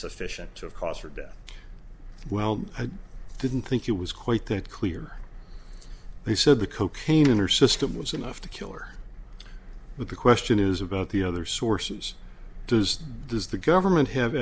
sufficient to of cause her death well i didn't think it was quite that clear they said the cocaine in her system was enough to kill or but the question is about the other sources does does the government have